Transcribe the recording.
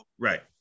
right